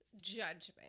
judgment